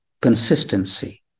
consistency